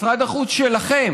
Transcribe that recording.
משרד החוץ שלכם,